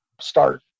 start